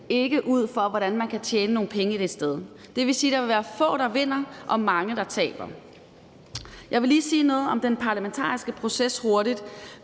ikke ud fra, hvordan man kan tjene nogle penge et sted. Og det vil sige, at der vil være få, der vinder, og mange, der taber. Jeg vil lige kort sige noget om den parlamentariske proces, for det